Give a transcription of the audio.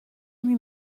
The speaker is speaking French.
lui